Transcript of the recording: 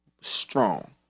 strong